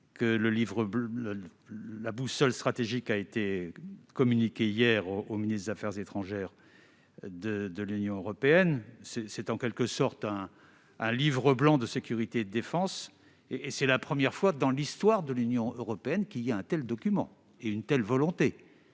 la boussole stratégique a été communiquée hier au ministre des affaires étrangères de l'Union européenne. Il s'agit en quelque sorte d'un Livre blanc de sécurité et de défense. C'est la première fois qu'existent, dans l'histoire de l'Union européenne, un tel document et une telle volonté.